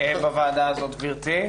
גברתי.